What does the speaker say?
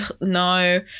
no